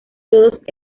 todos